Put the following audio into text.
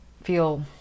feel